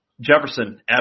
Jefferson